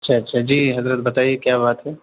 اچھا اچھا جی حضرت بتائیے کیا بات ہے